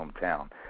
hometown